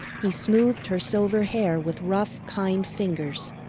he smoothed her silver hair with rough, kind fingers.